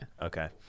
Okay